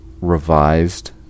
revised